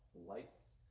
lights